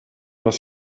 was